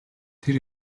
тэр